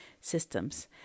systems